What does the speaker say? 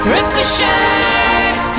Ricochet